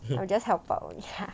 I just help out only ya